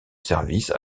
services